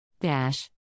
Dash